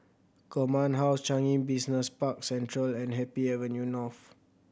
Command House Changi Business Park Central and Happy Avenue North